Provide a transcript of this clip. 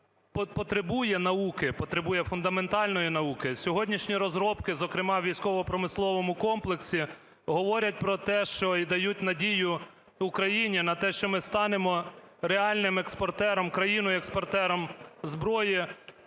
потребує науки, потребує фундаментальної науки. Сьогоднішні розробки, зокрема у військово-промисловому комплексі, говорять про те, що… і дають надію Україні на те, що ми станемо реальним експортером, країною-експортером зброї